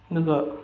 ꯑꯗꯨꯒ